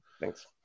Thanks